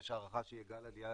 יש הערכה שיהיה גל עלייה